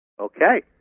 Okay